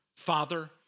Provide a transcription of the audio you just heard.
Father